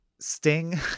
sting